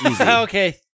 Okay